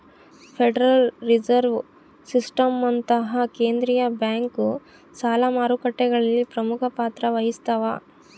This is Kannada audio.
ಫೆಡರಲ್ ರಿಸರ್ವ್ ಸಿಸ್ಟಮ್ನಂತಹ ಕೇಂದ್ರೀಯ ಬ್ಯಾಂಕು ಸಾಲ ಮಾರುಕಟ್ಟೆಗಳಲ್ಲಿ ಪ್ರಮುಖ ಪಾತ್ರ ವಹಿಸ್ತವ